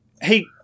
Hey